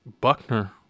Buckner